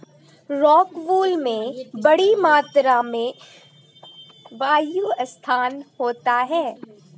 rockwool में बड़ी मात्रा में वायु स्थान होता है